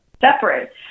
separate